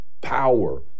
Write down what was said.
power